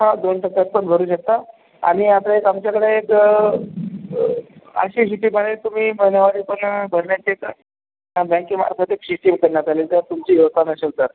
हा दोन टप्प्यात पण भरू शकता आणि आता एक आमच्याकडे एक अं अ अशी सिस्टम आहे तुम्ही महिन्यावारी पण भरण्याचे एक बँकेमार्फत एक सिस्टम करण्यात आलेली त्यात तुमची व्यवस्था नसेल तर